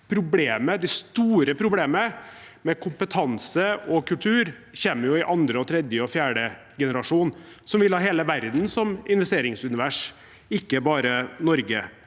Det store problemet – med kompetanse og kultur – kommer i andre, tredje og fjerde generasjon, som vil ha hele verden som investeringsunivers, ikke bare Norge.